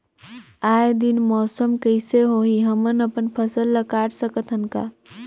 आय दिन मौसम कइसे होही, हमन अपन फसल ल काट सकत हन का?